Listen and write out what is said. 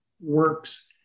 works